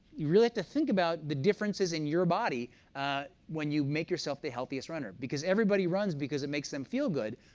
you really think about the differences in your body when you make yourself the healthiest runner, because everybody runs because it makes them feel good,